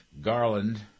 Garland